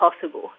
possible